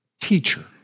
teacher